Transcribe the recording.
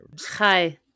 Hi